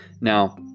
Now